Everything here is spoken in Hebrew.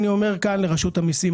אני אומר כאן לרשות המסים,